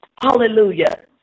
Hallelujah